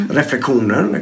reflektioner